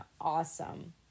awesome